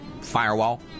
Firewall